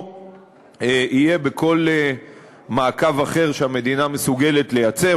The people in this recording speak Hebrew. או יהיה בכל מעקב אחר שהמדינה מסוגלת לייצר,